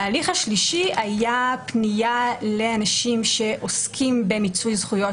וההליך השלישי היה פנייה לאנשים שעוסקים במיצוי זכויות